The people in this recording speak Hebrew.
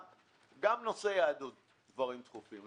גם נושאי יהדות הם דברים דחופים.